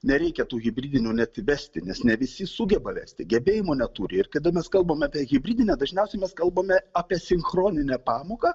nereikia tų hibridinių net vesti nes ne visi sugeba vesti gebėjimo neturi ir kada mes kalbame apie hibridinę dažniausiai mes kalbame apie sinchroninę pamoką